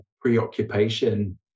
preoccupation